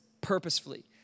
purposefully